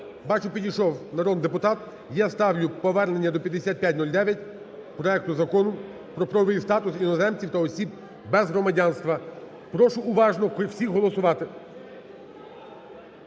Бачу, підійшов народний депутат. І я ставлю повернення до (5509) проекту Закону "Про правовий статус іноземців та осіб без громадянства". Прошу уважно всіх голосувати,